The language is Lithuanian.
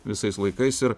visais laikais ir